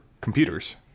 computers